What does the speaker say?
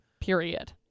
Period